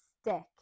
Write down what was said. stick